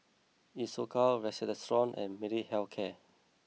Isocal Redoxon and Molnylcke health care